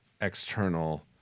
external